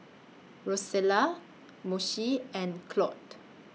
Rosella Moshe and Claud